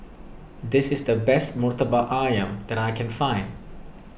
this is the best Murtabak Ayam that I can find